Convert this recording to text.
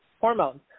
hormones